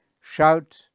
shout